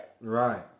Right